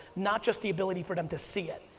not just the ability for them to see it.